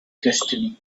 destiny